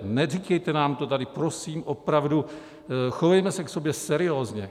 Neříkejte nám to tady prosím, opravdu, chovejme se k sobě seriózně.